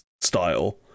style